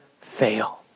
fail